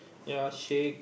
ya shake